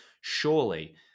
surely